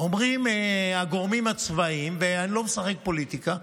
אומרים הגורמים הצבאיים, ואני לא משחק פוליטיקה,